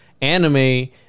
anime